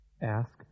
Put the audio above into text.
Ask